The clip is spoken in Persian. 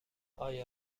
آیا